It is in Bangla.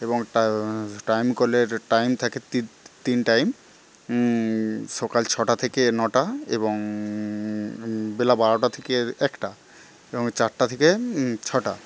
এবং টাইম কলের টাইম থাকে তিন টাইম সকাল ছটা থেকে নটা এবং বেলা বারোটা থেকে একটা এবং চারটা থেকে ছটা